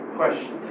question